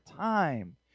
time